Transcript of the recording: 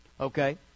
Okay